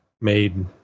made